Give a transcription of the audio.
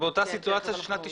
באותה סיטואציה של 1998?